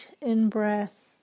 in-breath